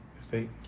State